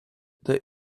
that